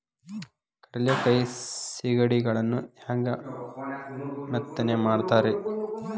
ಕಡಲೆಕಾಯಿ ಸಿಗಡಿಗಳನ್ನು ಹ್ಯಾಂಗ ಮೆತ್ತನೆ ಮಾಡ್ತಾರ ರೇ?